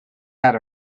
out